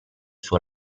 suo